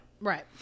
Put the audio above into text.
Right